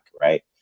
right